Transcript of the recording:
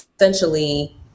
essentially